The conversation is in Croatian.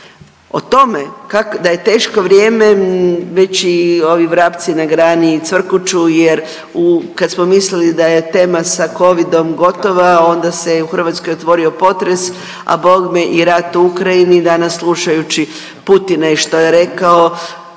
O tome da je teško vrijeme već i ovi vrapci na grani cvrkuću jer u, kad smo mislili da je tema sa Covidom gotova, onda se je u Hrvatskoj otvorio potres, a bogme i rat u Ukrajini, danas slušajući Putina i što je rekao,